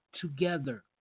together